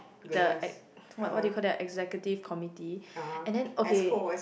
the ex~ what what do you call that executive committee and then okay